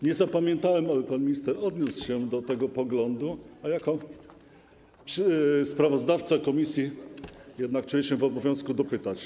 Nie zapamiętałem, ale pan minister odniósł się do tego poglądu, a jako sprawozdawca komisji jednak czuję się w obowiązku dopytać.